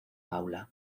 paula